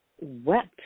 wept